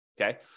Okay